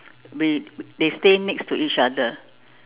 we they stay next to each other